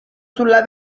sulla